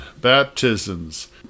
baptisms